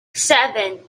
seven